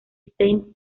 saint